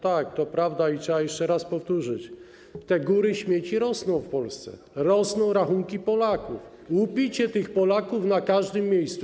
Tak, to prawda i trzeba jeszcze raz to powtórzyć: te góry śmieci rosną w Polsce, rosną rachunki Polaków, łupicie tych Polaków na każdym kroku.